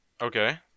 Okay